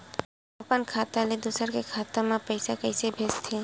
अपन खाता ले दुसर के खाता मा पईसा कइसे भेजथे?